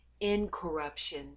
incorruption